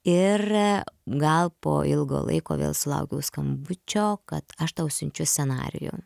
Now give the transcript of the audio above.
ir gal po ilgo laiko vėl sulaukiau skambučio kad aš tau siunčiu scenarijų